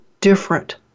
different